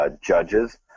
judges